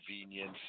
convenience